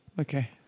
okay